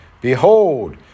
Behold